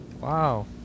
Wow